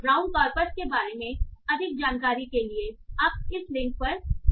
brown corpus के बारे में अधिक जानकारी के लिए आप इस लिंक पर जा सकते हैं